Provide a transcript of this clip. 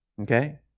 okay